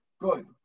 Good